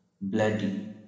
bloody